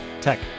tech